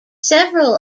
several